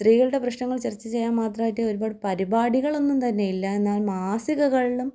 സ്ത്രീകളുടെ പ്രശ്നങ്ങൾ ചർച്ച ചെയ്യുക മാത്രമായിട്ട് ഒരുപാട് പരിപാടികൾ ഒന്നും തന്നെ ഇല്ല എന്നാൽ മാസികകളിലും